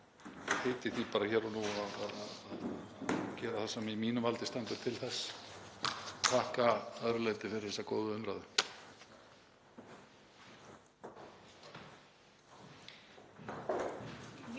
og ég heiti því hér og nú að gera það sem í mínu valdi stendur til þess. Ég þakka að öðru leyti fyrir þessa góðu umræðu.